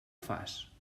fas